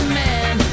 man